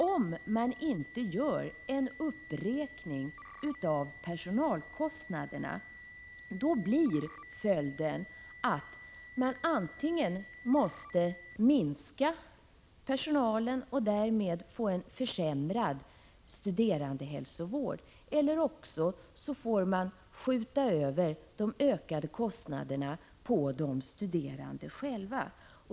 Om man inte gör en uppräkning av personalkostnaderna blir följden att man antingen måste minska personalen och därmed få en försämrad studerandehälsovård, eller också får man skjuta över de ökade kostnaderna på de studerande själva.